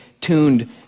tuned